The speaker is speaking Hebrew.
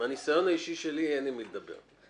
מהניסיון האישי שלי, אין עם מי לדבר.